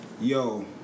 Yo